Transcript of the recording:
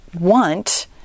want